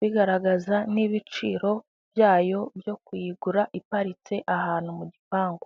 bigaragaza n'ibiciro byayo byo kuyigura iparitse ahantu mu gipangu.